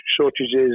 shortages